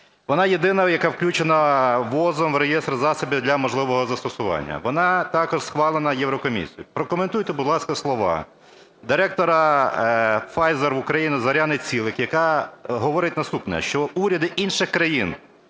Вона єдина, яка включена ВООЗ в реєстр засобів для можливого застосування, вона також схвалена Єврокомісією. Прокоментуйте, будь ласка, слова директора Pfizer в Україні Зоряни Цілик, яка говорить наступне, що уряди інших країн